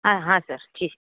હા હા સર જી